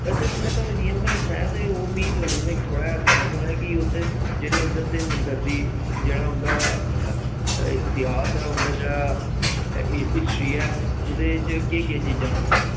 वैसे ते में थोआनू जि'यां में थोआनू सनाया ते ओह् मि लग मि थोह्ड़ा दिक्खना पोना ऐ कि ओह्दे जेह्ड़े उद्दर दे मंदर दी जेह्ड़ा उंदा इतिहास ऐ जेह्ड़ा उंदा ते इ हिस्ट्री ऐ उदे च केह् केह् चीजां न